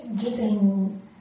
giving